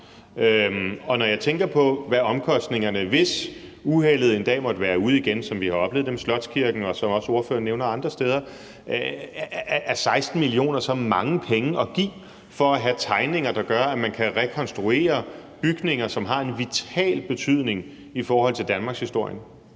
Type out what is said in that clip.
Og når jeg tænker på, hvad omkostningerne ville være, hvis uheldet en dag måtte være ude igen, som vi har oplevet det med Slotskirken – eller andre steder, som også ordføreren nævner – er 16 mio. kr. så mange penge at give for at have tegninger, der gør, at man kan rekonstruere bygninger, som har en vital betydning i forhold til danmarkshistorien?